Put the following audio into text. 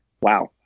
wow